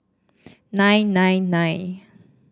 nine nine nine